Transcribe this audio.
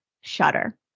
Shudder